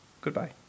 Goodbye